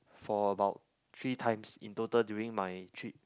for about three times in total during my trip